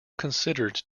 considered